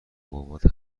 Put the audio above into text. بابات